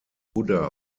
buddha